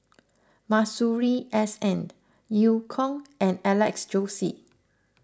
Masuri S N Eu Kong and Alex Josey